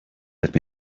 let